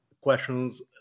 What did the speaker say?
questions